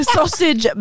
Sausage